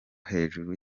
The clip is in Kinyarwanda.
hejuru